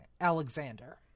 alexander